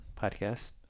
podcast